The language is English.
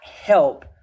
help